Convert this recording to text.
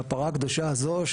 הפרה הקדושה הזאת,